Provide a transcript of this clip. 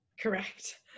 Correct